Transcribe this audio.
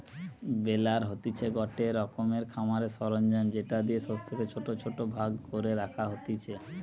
বেলার হতিছে গটে রকমের খামারের সরঞ্জাম যেটা দিয়ে শস্যকে ছোট ছোট ভাগ করে রাখা হতিছে